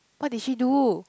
what did she do